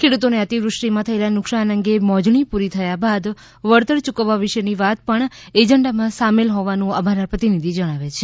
ખેડૂતોને અતિવૃષ્ટિમાં થયેલા નુકસાન અંગે મોજણી પ્રરી થયા બાદ વળતર યૂકવવા વિષેની વાત પણ એજન્ડામાં સામેલ હોવાનું અમારા પ્રતિનિધિ જણાવે છે